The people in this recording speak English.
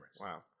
Wow